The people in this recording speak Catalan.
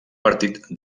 partit